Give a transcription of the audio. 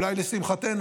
אולי לשמחתנו,